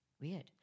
Weird